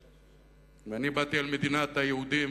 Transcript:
ואני באתי אל מדינת היהודים,